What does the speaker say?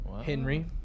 Henry